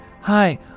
Hi